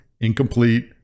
incomplete